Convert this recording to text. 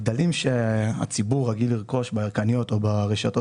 הגדלים שהציבור רגיל לרכוש בירקניות או ברשתות